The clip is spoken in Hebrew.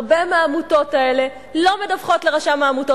הרבה מהעמותות האלו לא מדווחות לרשם העמותות.